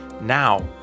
Now